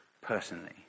personally